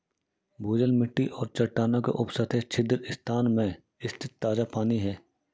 भूजल मिट्टी और चट्टानों के उपसतह छिद्र स्थान में स्थित ताजा पानी है